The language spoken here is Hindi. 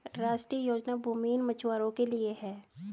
राष्ट्रीय योजना भूमिहीन मछुवारो के लिए है